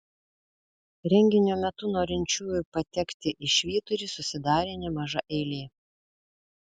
renginio metu norinčiųjų patekti į švyturį susidarė nemaža eilė